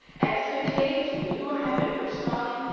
and it's contagious, when you are happy and you're smiling,